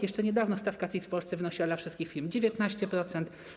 Jeszcze niedawno stawka CIT w Polsce wynosiła dla wszystkich firm 19%.